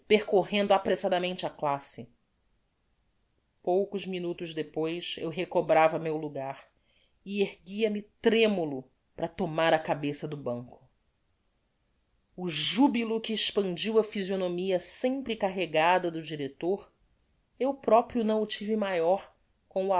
percorrendo apressadamente a classe poucos minutos depois eu recobrava meu lugar e erguia-me tremulo para tomar a cabeça do banco o jubilo que expandiu a phisionomia sempre carregada do director eu proprio não o tive maior com